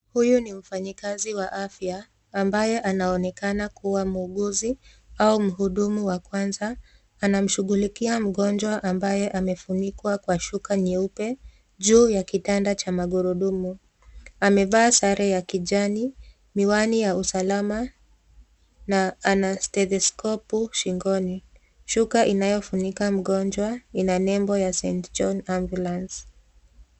Huyu ni mfanyikazi wa afya ambaye anaonekana kuwa muuguzi au mhudumu wa kwanza. Anamshughulikia mgonjwa ambaye amefunikwa na shuka nyeupe juu ya kitanda cha magurudumu .Amevaa sare ya kijani, miwani ya usalama na ana stetheskofu shingoni. Shuka inayofunika mgonjwa ina nembo ya St.John's ambulance.